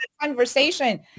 conversation